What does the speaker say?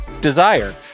Desire